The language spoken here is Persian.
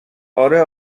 اره